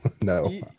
no